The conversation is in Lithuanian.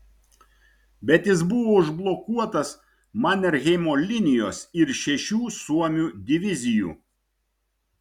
bet jis buvo užblokuotas manerheimo linijos ir šešių suomių divizijų